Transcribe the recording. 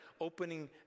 opening